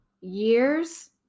years